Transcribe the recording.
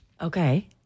Okay